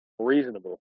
Reasonable